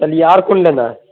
چلیے اور کون لینا ہے